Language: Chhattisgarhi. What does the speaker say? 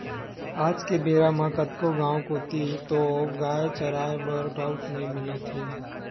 आज के बेरा म कतको गाँव कोती तोउगाय चराए बर राउत नइ मिलत हे